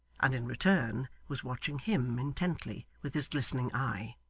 and in return was watching him intently with his glistening eye.